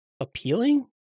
appealing